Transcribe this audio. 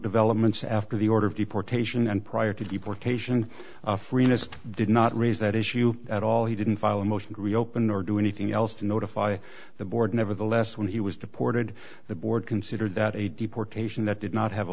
developments after the order of deportation and prior to deportation freeness did not raise that issue at all he didn't file a motion to reopen or do anything else to notify the board nevertheless when he was deported the board considered that a deportation that did not have a